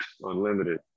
unlimited